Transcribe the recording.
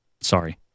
Sorry